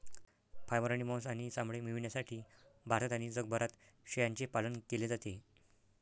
fibre, मांस आणि चामडे मिळविण्यासाठी भारतात आणि जगभरात शेळ्यांचे पालन केले जाते